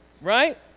right